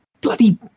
bloody